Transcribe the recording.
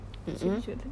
mm mm